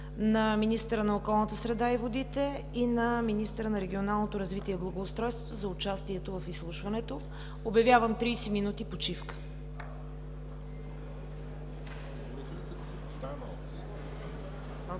министъра на околната среда и водите и на министъра на регионалното развитие и благоустройството за участието в изслушването. Обявявам 30 минути почивка.